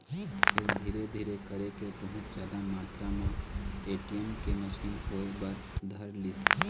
फेर धीरे धीरे करके बहुत जादा मातरा म ए.टी.एम के मसीन होय बर धरलिस